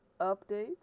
updates